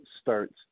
starts